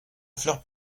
fleurs